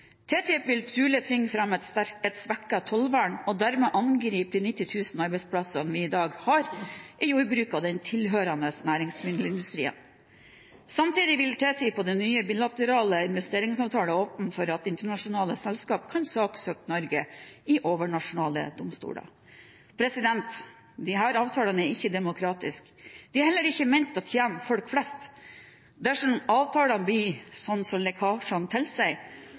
TTIP vil trolig tvinge fram et svekket tollvern og dermed angripe de 90 000 arbeidsplassene vi i dag har i jordbruket og den tilhørende næringsmiddelindustrien. Samtidig vil TTIP og nye bilaterale investeringsavtaler åpne for at internasjonale selskaper kan saksøke Norge i overnasjonale domstoler. Disse avtalene er ikke demokratiske. De er heller ikke ment å tjene folk flest. Dersom avtalene blir slik som